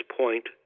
point